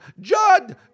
Judd